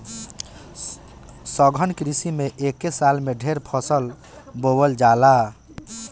सघन कृषि में एके साल में ढेरे फसल बोवल जाला